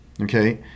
okay